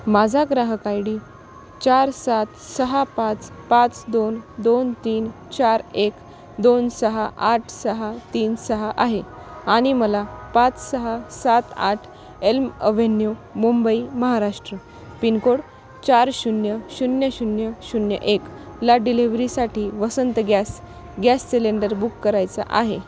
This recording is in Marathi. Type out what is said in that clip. माझा ग्राहक आय डी चार सात सहा पाच पाच दोन दोन तीन चार एक दोन सहा आठ सहा तीन सहा आहे आणि मला पाच सहा सात आठ elm avenue Mumbai Maharashtra pin code चार शून्य शून्य शून्य शून्य एक ला डिलिव्हरीसाठी Vasant gas gas cylinder book करायचा आहे